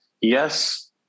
Yes